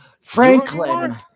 Franklin